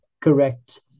correct